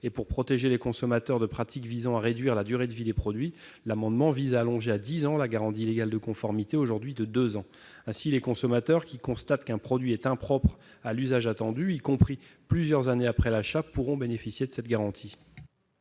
et pour protéger les consommateurs de pratiques visant à réduire la durée de vie des produits, l'amendement vise à allonger à dix ans la garantie légale de conformité, qui est aujourd'hui de deux ans. Ainsi, les consommateurs constatant qu'un produit est impropre à l'usage attendu, y compris plusieurs années après l'achat, pourront bénéficier de cette garantie.